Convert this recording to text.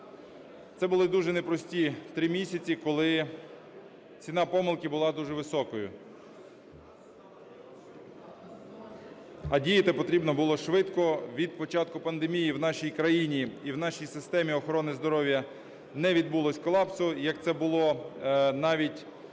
Це були дуже непрості 3 місяці, коли ціна помилки була дуже високою, а діяти потрібно було швидко від початку пандемії. І в нашій країні, і в нашій системі охорони здоров'я не відбулось колапсу, як це було навіть в